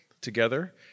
together